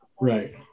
Right